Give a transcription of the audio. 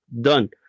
done